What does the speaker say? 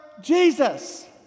Jesus